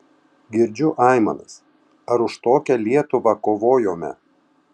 girdžiu aimanas ar už tokią lietuvą kovojome